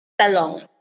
Talong